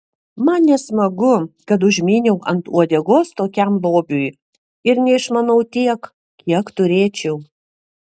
man nesmagu kad užmyniau ant uodegos tokiam lobiui ir neišmanau tiek kiek turėčiau